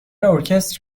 ارکستر